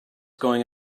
going